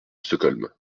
stockholm